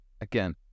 again